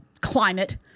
climate